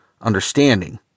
understanding